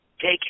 take